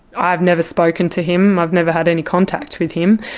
i've never spoken to him, i've never had any contact with him.